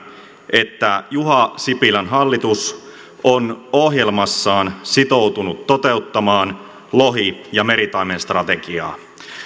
että juha sipilän hallitus on ohjelmassaan sitoutunut toteuttamaan lohi ja meritaimenstrategiaa